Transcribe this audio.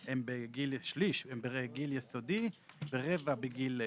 שליש הם בגיל יסודי ורבע בגיל נוער.